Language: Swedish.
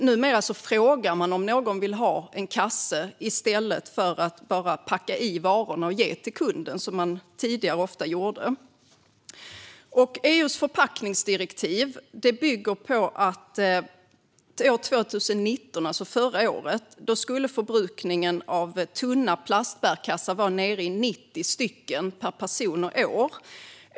Numera frågar man om någon vill ha en kasse i stället för att bara packa i varorna och ge till kunden, som man tidigare ofta gjorde. Enligt EU:s förpackningsdirektiv skulle förbrukningen av tunna plastbärkassar år 2019 - det vill säga förra året - vara nere i 90 stycken per person och år.